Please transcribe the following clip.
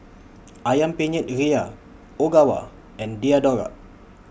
Ayam Penyet Ria Ogawa and Diadora